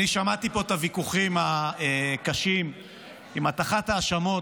אני שמעתי פה את הוויכוחים הקשים עם הטחת ההאשמות.